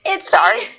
Sorry